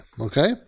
Okay